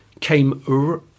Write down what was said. came